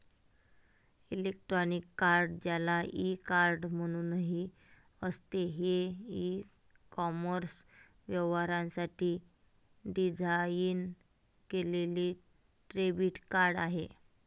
electronic card, ज्याला e card म्हणूनही असते, हे ई कॉमर्स व्यवहारांसाठी डिझाइन केलेले डेबिट कार्ड आहे